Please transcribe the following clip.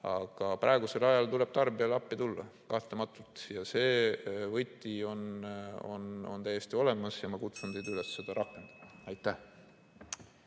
Aga praegusel ajal tuleb tarbijale appi tulla kahtlematult. See võti on täiesti olemas ja ma kutsun teid üles seda rakendama. Aitäh!